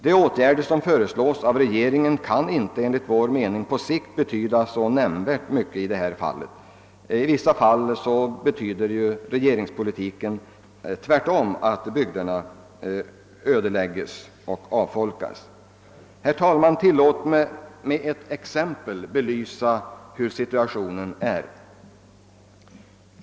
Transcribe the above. De åtgärder som regeringen föreslagit kan enligt vår mening inte betyda särskilt mycket på sikt. I vissa fall betyder regeringspolitiken tvärtom att glesbygderna ödelägges och avfolkas. Herr talman! Tillåt mig att med ett exempel belysa hurudan situationen är i dag i dessa områden.